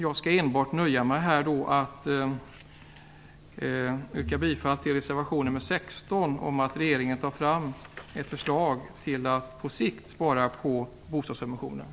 Jag skall nöja mig med att enbart yrka bifall till reservation 16 om att regeringen tar fram ett förslag om att på sikt minska på bostadssubventionerna.